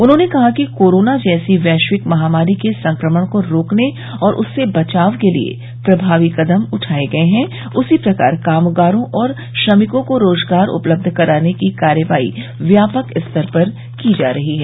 उन्होंने कहा कि कोरोना जैसी वैश्विक महामारी के संक्रमण को रोकने और उससे बचाव के लिये प्रभावी कदम उठाये गये हैं उसी प्रकार कामगारों और श्रमिकों को रोजगार उपलब्ध कराने की कार्रवाई व्यापक स्तर पर की जा रही है